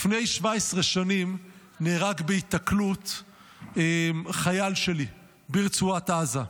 לפני 17 שנים נהרג בהיתקלות חייל שלי ברצועת עזה.